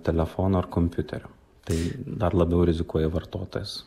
telefono ar kompiuterio tai dar labiau rizikuoja vartotojas